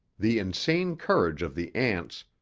the insane courage of the ants,